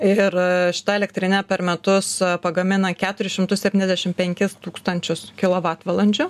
ir šita elektrinė per metus pagamina keturis šimtus septyniasdešimt penkis tūkstančius kilovatvalandžių